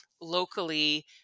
Locally